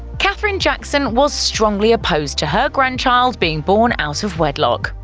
katherine jackson was strongly opposed to her grandchild being born out of wedlock.